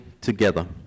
together